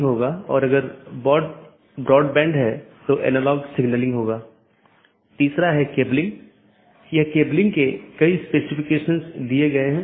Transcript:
OSPF और RIP का उपयोग AS के माध्यम से सूचना ले जाने के लिए किया जाता है अन्यथा पैकेट को कैसे अग्रेषित किया जाएगा